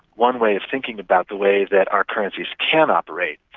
one way of thinking about the way that our currencies can operate,